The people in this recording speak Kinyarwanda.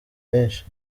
benshi